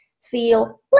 feel